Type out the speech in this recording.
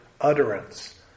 utterance